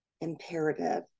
imperative